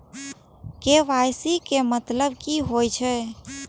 KYC के मतलब की होई छै?